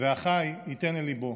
"והחי יתן אל לבו".